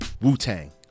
Wu-Tang